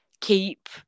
keep